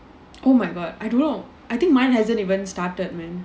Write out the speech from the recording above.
oh my god I don't know I think mine hasn't even started man